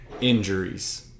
injuries